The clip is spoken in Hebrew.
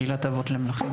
קהילת אבות למלאכים,